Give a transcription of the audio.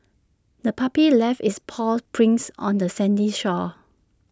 the puppy left its paw prints on the sandy shore